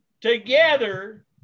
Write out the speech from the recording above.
together